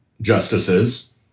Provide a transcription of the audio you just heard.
justices